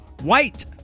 white